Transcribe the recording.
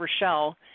Rochelle